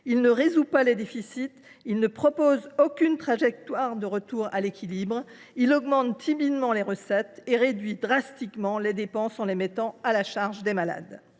ni de résoudre les déficits ni de proposer la moindre trajectoire de retour à l’équilibre. Il vise à augmenter timidement les recettes et à réduire drastiquement les dépenses en les mettant à la charge des malades.